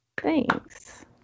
Thanks